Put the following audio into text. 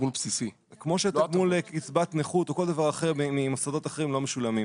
כמו שתגמול קצבת נכות או כל דבר אחר ממוסדות אחרים לא משולמים.